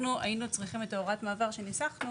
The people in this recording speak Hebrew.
אנחנו היינו צריכים את הוראת המעבר שניסחנו,